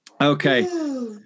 Okay